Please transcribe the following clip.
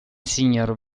signor